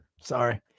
Sorry